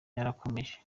yarakomeje